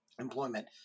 employment